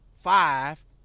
five